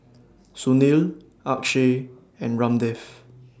Sunil Akshay and Ramdev